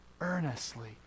earnestly